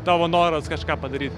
tavo noras kažką padaryt